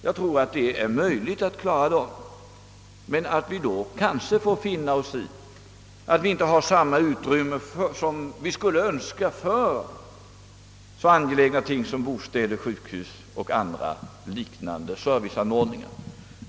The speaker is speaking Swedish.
Jag tror alltså att vi skulle kunna klara denna accelerering, men vi kanske får finna oss i att det då inte finns det utrymme som vi skulle önska för så angelägna ting som bostäder, sjukhus och liknande serviceanordningar.